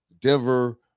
Denver